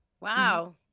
Wow